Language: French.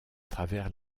travers